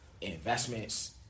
investments